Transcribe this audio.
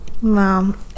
Mom